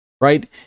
right